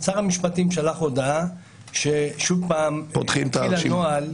שר המשפטים שלח הודעה ששוב פעם התחיל הנוהל --- פותחים את הרשימה.